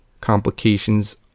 complications